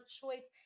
choice